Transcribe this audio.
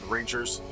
Rangers